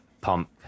pump